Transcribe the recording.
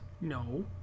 No